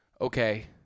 okay –